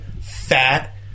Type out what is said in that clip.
fat